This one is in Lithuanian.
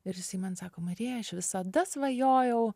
ir jisai man sako marija aš visada svajojau